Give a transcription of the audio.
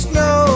no